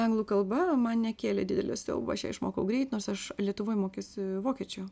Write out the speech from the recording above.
anglų kalba man nekėlė didelio siaubo aš ją išmokau greit nors aš lietuvoj mokiausi vokiečių